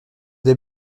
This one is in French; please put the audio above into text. des